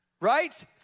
right